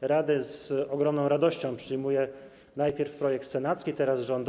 rady, z ogromną radością przyjmuję najpierw projekt senacki, a teraz rządowy.